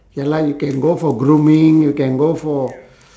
ya lah you can go for grooming you can go for